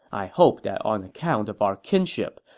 i hope that on account of our kinship,